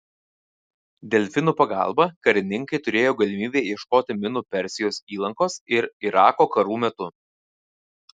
delfinų pagalba karininkai turėjo galimybę ieškoti minų persijos įlankos ir irako karų metu